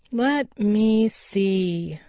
let me see,